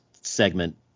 segment